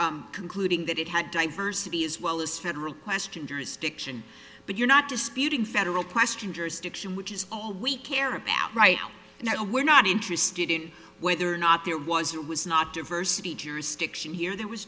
in concluding that it had diversity as well as federal question jurisdiction but you're not disputing federal question jurisdiction which is all we care about right now we're not interested in whether or not there was or was not diversity jurisdiction here